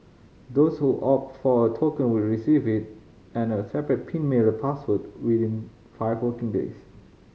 those who opt for a token will receive it and a separate pin mailer password within five working days